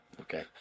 Okay